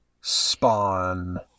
spawn